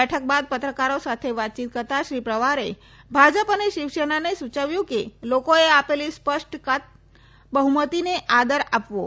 બેઠક બાદ પત્રકારો સાથે વાતચીત કરતાં શ્રી પવારે ભાજપ અને શીવસેનાને સુચવ્યું કે લોકોએ આપેલી સ્પષ્ટ કટ બહ્મતીને આદર આપવો